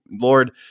Lord